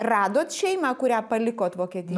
radot šeimą kurią palikot vokietijoj